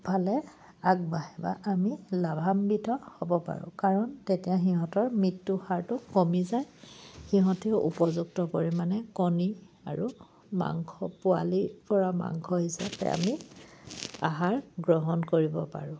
ফালে আগবাঢ়া আমি লাভান্বিত হ'ব পাৰোঁ কাৰণ তেতিয়া সিহঁতৰ মৃত্যু হাৰটো কমি যায় সিহঁতেও উপযুক্ত পৰিমাণে কণী আৰু মাংস পোৱালিৰ পৰা মাংস হিচাপে আমি আহাৰ গ্ৰহণ কৰিব পাৰোঁ